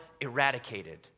eradicated